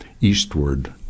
eastward